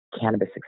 cannabis